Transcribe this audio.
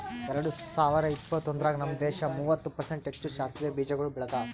ಎರಡ ಸಾವಿರ ಇಪ್ಪತ್ತೊಂದರಾಗ್ ನಮ್ ದೇಶ ಮೂವತ್ತು ಪರ್ಸೆಂಟ್ ಹೆಚ್ಚು ಸಾಸವೆ ಬೀಜಗೊಳ್ ಬೆಳದಾರ್